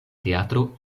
teatro